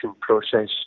process